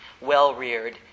well-reared